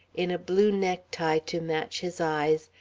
in a blue necktie to match his eyes,